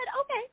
okay